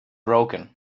broken